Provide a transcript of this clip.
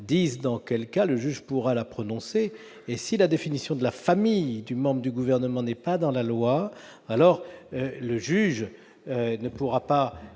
préciser dans quel cas le juge pourra la prononcer. Si la définition de la famille du membre du Gouvernement ne figure pas dans la loi, le juge ne pourra pas